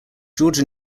george